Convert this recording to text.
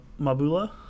Mabula